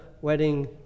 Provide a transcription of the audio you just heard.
wedding